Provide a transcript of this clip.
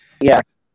Yes